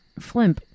Flimp